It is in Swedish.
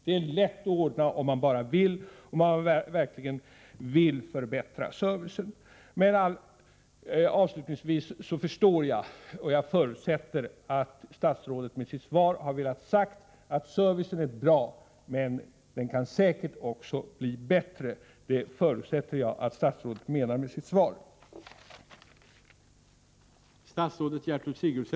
Det är lätt att ordna om man bara vill, och om man verkligen vill förbättra servicen. Avslutningsvis förutsätter jag att statsrådet med sitt svar har velat säga att servicen är bra men att den säkert kan bli bättre.